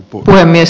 puhemies